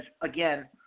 again